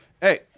hey